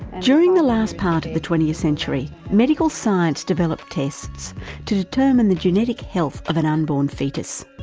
during the last part of the twentieth century, medical science developed tests to determine the genetic health of an unborn foetus.